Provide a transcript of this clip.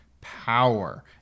power